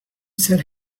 said